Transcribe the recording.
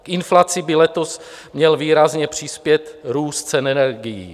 K inflaci by letos měl výrazně přispět růst cen energií.